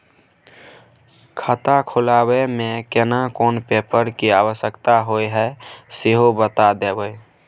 खाता खोलैबय में केना कोन पेपर के आवश्यकता होए हैं सेहो बता देब?